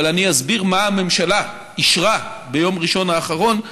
אבל אני אסביר מה הממשלה אישרה ביום ראשון האחרון,